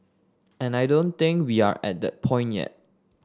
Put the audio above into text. and I don't think we are at that point yet